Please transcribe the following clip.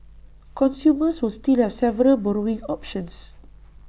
consumers will still have several borrowing options